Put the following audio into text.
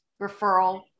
referral